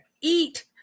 eat